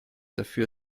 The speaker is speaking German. dafür